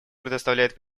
предоставляет